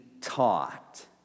taught